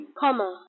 comma